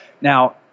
Now